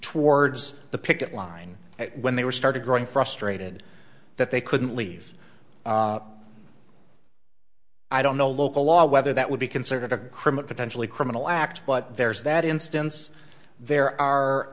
towards the picket line when they were started growing frustrated that they couldn't leave i don't know local law whether that would be considered a criminal offense really criminal act but there's that instance there are